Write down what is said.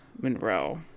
Monroe